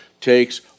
takes